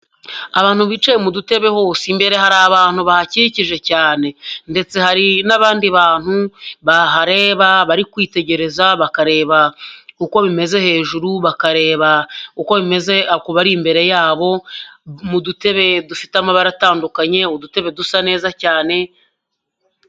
Abantu bicaye mu dutebe hose, imbere hari abantu bahakikije cyane ndetse hari n'abandi bantu bahareba, bari kwitegereza bakareba uko bimeze hejuru, bakareba uko bimeze imbere yabo, mu dutebe dufite amabara atandukanye, udutebe dusa neza cyane.